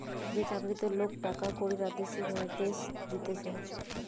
যে চাকরিতে লোক টাকা কড়ির আদেশ নির্দেশ দিতেছে